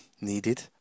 needed